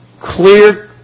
clear